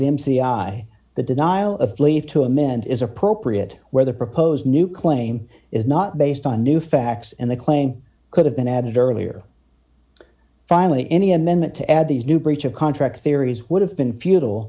i the denial of leave to amend is appropriate where the proposed new claim is not based on new facts and the claim could have been added earlier finally any amendment to add these new breach of contract theories would have been futile